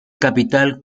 capital